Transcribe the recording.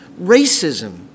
Racism